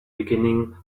beginning